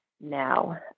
now